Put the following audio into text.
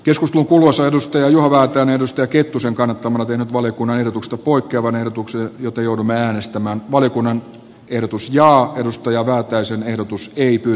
joskus mukuloissa edustaja juha väätäinentusta kettusen kannattamana tehnyt valiokunnan ehdotusta poikkeavan ehdotuksen jota joudun äänestämään valiokunnan ehdotus kannatan edustaja väätäisen tekemää esitystä